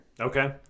Okay